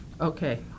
Okay